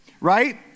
right